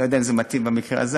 אני לא יודע אם זה מתאים במקרה הזה,